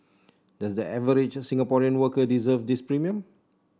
does the average Singaporean worker deserve this premium